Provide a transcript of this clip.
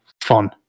fun